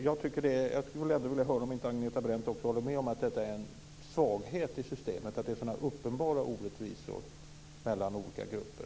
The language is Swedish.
Jag skulle vilja veta om Agneta Brendt inte håller med om att det är en svaghet i systemet att det är så uppenbara orättvisor mellan olika grupper.